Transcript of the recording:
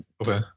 Okay